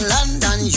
London